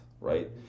right